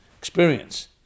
experience